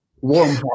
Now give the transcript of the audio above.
Warm